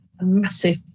massive